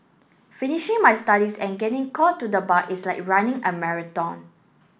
finishing my studies and getting called to the bar is like running a marathon